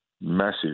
massive